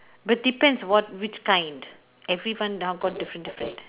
but depends what which kind everyone now got different different